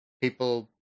people